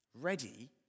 ready